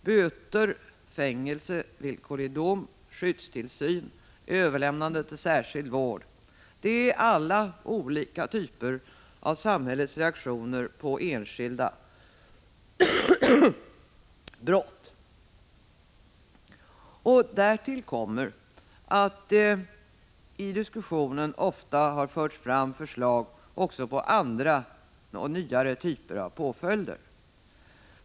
Böter, fängelse, villkorlig dom, skyddstillsyn, överlämnande till särskild vård, det är olika typer av samhällets reaktioner på enskilda brott, och därtill kommer att det i diskussionen ofta har förts fram förslag också på andra och nyare typer av påföljder.